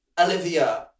Olivia